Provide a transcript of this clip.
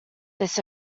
this